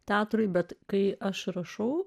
teatrui bet kai aš rašau